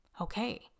Okay